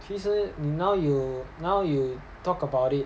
其实 now you now you talk about it